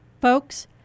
Folks